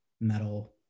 metal